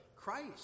Christ